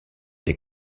des